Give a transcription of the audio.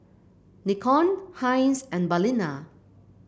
Nikon Heinz and Balina